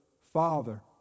father